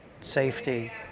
safety